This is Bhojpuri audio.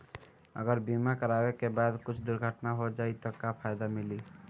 अगर बीमा करावे के बाद कुछ दुर्घटना हो जाई त का फायदा मिली?